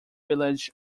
village